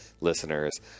listeners